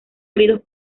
heridos